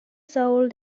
sold